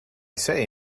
say